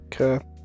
okay